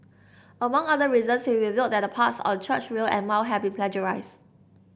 among other reasons he revealed that the parts on Churchill and Mao had been plagiarised